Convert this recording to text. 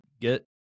get